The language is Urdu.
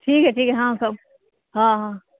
ٹھیک ہے ٹھیک ہے ہاں سب ہاں ہاں